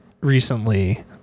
recently